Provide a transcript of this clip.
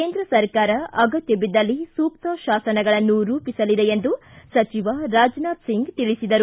ಕೇಂದ್ರ ಸರ್ಕಾರ ಅಗತ್ಯ ಬಿದ್ದಲ್ಲಿ ಸೂಕ್ತ ಶಾಸನಗಳನ್ನು ರೂಪಿಸಲಿದೆ ಎಂದು ಸಚಿವ ರಾಜನಾಥ್ ಸಿಂಗ್ ತಿಳಿಸಿದರು